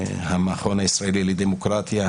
המכון הישראלי לדמוקרטיה,